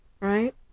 right